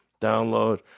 download